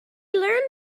learned